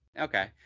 Okay